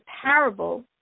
parable